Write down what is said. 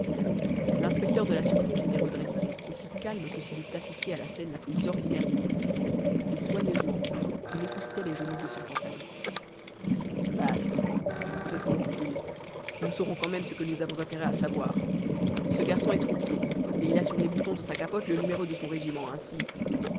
l'inspecteur de la sûreté s'était redressé aussi calme que s'il eût assisté à la scène la plus ordinaire du monde et soigneusement il époussetait les genoux de son pantalon bast répondit-il nous saurons quand même ce que nous avons intérêt à savoir ce garçon est troupier et il a sur les boutons de sa capote le numéro de son régiment ainsi